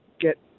get